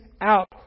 out